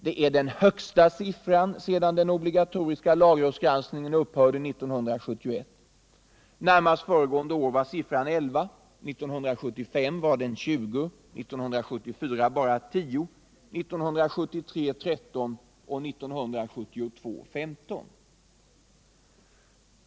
Det är den högsta siffran sedan den obligatoriska lagrådsgranskningen upphörde 1971. Närmast föregående år var siffran 11,år 1975 var den 20, år 1974 bara 10, 1973 var den 13 och 1972 15.